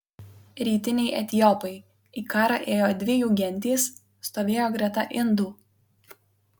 rytiniai etiopai į karą ėjo dvi jų gentys stovėjo greta indų